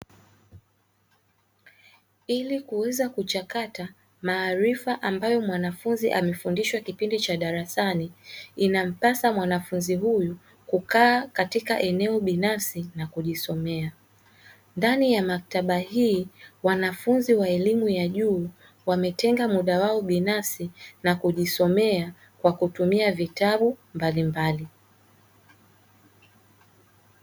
Ili kuweza kuchakata maarifa ambayo mwanafunzi amefundishwa kipindi cha darasani inampasa mwanafunzi huyu kukaa katika eneo binafsi na kujisomea, ndani ya maktaba hii wanafunzi wa elimu ya juu wametenga muda wao binafsi na kujisomea kwa kutumia vitabu mbalimbali.